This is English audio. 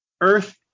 Earth